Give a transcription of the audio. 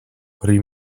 pri